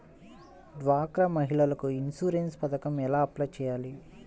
డ్వాక్రా మహిళలకు ఇన్సూరెన్స్ పథకం ఎలా అప్లై చెయ్యాలి?